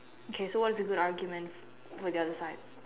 okay so what is a good argument for the other side